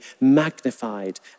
magnified